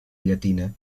llatina